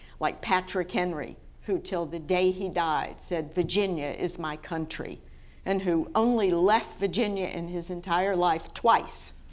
like patrick henry who till the day he died said virginia is my country and who only left virginia in his entire life twice.